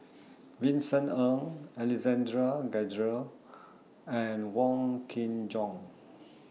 Vincent Ng Alexander Guthrie and Wong Kin Jong